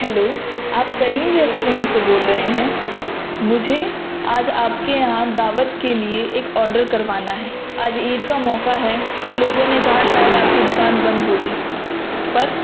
hello آپ Karim restaurant سے بول رہے ہیں مجھے آج آپ کے یہاں دعوت کے لیے ایک آڈر کروانا ہے آج عید کا موقع ہے تو لوگوں نے کہا شاید آپ کی دکان بند ہوگی پر